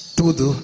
tudo